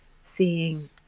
seeing